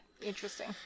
interesting